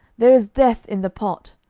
there is death in the pot.